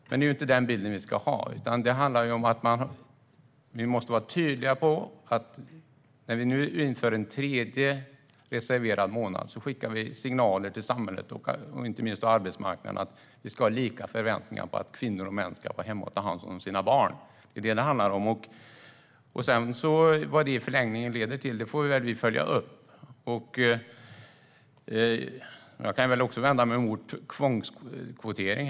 Men det är inte den bilden vi ska ha, utan det handlar om att vi måste vara tydliga med att vi genom att införa en tredje reserverad månad skickar signaler till samhället, inte minst arbetsmarknaden, om att vi ska ha lika förväntningar på att kvinnor och män ska vara hemma och ta hand om sina barn. Det är vad det handlar om, och vad det leder till i förlängningen får vi följa upp. Jag vänder mig även mot tvångskvotering.